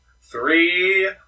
three